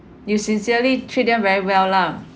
you sincerely treat them very well lah